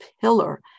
pillar